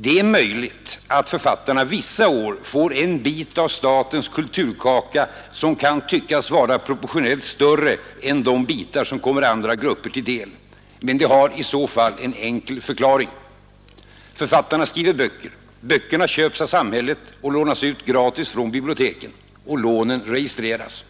Det är möjligt att författarna vissa år får en bit av statens kulturkaka som kan tyckas vara proportionellt större än de bitar som kommer andra grupper till del, men det har i så fall en enkel förklaring. Författarna skriver böcker. Böckerna köps av samhället och lånas gratis ut från biblioteken. Och lånen registreras.